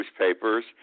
newspapers